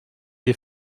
des